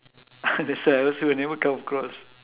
that's why I also never come across